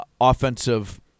Offensive